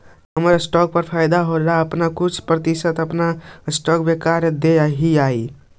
हमर स्टॉक्स में फयदा होला पर अपन कुछ प्रतिशत हम अपन स्टॉक ब्रोकर को देब हीअई